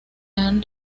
han